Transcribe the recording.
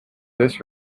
this